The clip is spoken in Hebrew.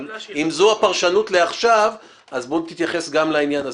אם זו הפרשנות אז בוא תתייחס גם לעניין הזה,